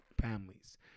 families